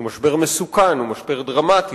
הוא משבר מסוכן, הוא משבר דרמטי,